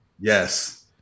Yes